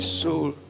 soul